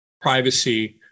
privacy